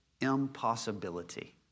impossibility